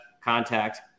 contact